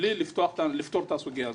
מבלי לפתור את הסוגיה הזו.